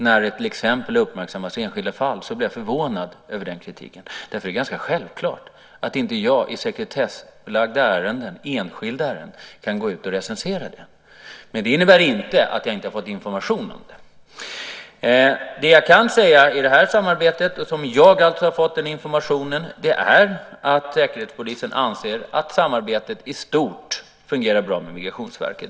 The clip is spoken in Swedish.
Jag blir då förvånad över den kritiken, därför att det är ganska självklart att inte jag kan gå ut och recensera sekretessbelagda, enskilda ärenden. Men det innebär inte att jag inte har fått information. Vad jag kan säga om det här samarbetet och den information som jag har fått är att Säkerhetspolisen anser att samarbetet med Migrationsverket i stort fungerar bra.